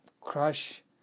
crush